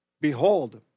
Behold